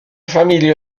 famille